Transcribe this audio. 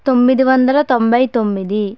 తొమ్మిది వందల తొంభై తొమ్మిది